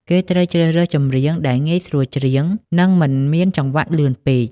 គេត្រូវជ្រើសរើសចម្រៀងដែលងាយស្រួលច្រៀង និងមិនមានចង្វាក់លឿនពេក។